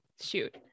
Shoot